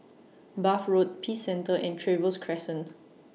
Bath Road Peace Centre and Trevose Crescent